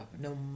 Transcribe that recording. no